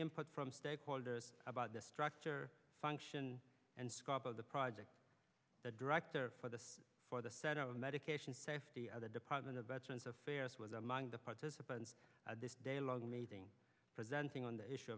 input from stakeholders about the structure function and scope of the project the director for the for the set of medication safety of the department of veterans affairs was among the participants at this day long meeting presenting on the issue